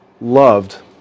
loved